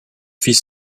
fille